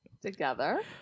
together